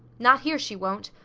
not here, she won't!